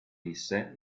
visse